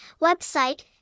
website